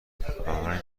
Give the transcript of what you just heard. بنابراین